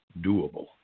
doable